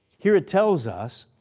here it tells us,